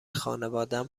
خانوادم